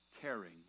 caring